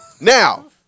now